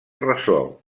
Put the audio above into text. ressò